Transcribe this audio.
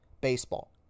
baseball